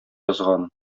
язган